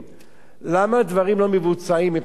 למה הדברים לא מבוצעים מבחינה טכנית?